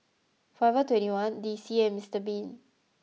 Forever Twenty One D C and Mister bean